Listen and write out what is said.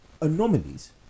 anomalies